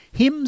Hymns